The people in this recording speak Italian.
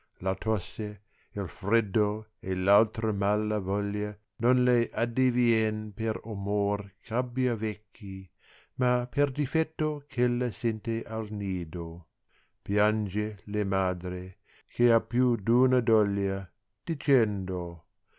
la tosse il freddo e v altra mala voglia non le àddirien per omor eh ubbia vecchi ma per difetto eh ella sente al nido piange le madre che ha più d una doglia dicendo